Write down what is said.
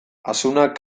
asunak